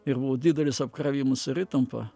ir buvo didelis apkravimas ir įtampa